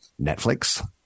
Netflix